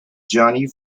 journey